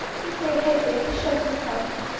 they say hedvig has shot herself